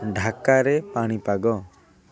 ଢାକାରେ ପାଣିପାଗ